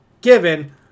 given